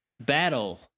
battle